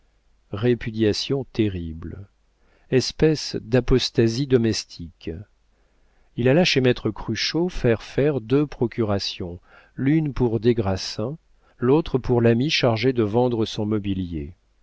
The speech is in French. terrible espèce d'apostasie domestique il alla chez maître cruchot faire faire deux procurations l'une pour des grassins l'autre pour l'ami chargé de vendre son mobilier